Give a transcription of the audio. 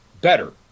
better